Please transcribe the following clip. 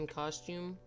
costume